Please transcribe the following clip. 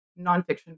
nonfiction